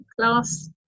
class